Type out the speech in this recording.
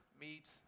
meets